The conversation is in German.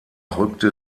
rückte